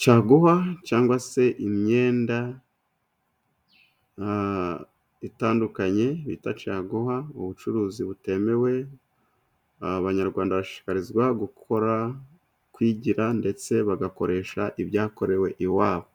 Caguwa cyangwa se imyenda itandukanye bita caguwa, ubucuruzi butemewe. Abanyarwanda bashishikarizwa gukora kwigira ndetse bagakoresha ibyakorewe iwabo,